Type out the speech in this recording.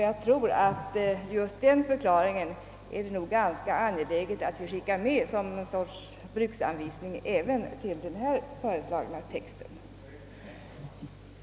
Just en sådan förklaring bör nog medfölja som ett slags bruksanvisning till den föreslagna texten.